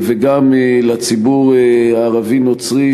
וגם לציבור הערבי-נוצרי,